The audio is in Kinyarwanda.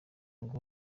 ngo